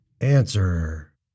Answer